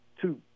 two